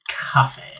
Coffee